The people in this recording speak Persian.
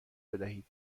بدهید